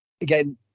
Again